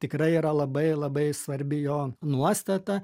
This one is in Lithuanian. tikrai yra labai labai svarbi jo nuostata